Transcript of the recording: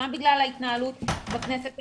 גם בגלל ההתנהלות בכנסת הנוכחית,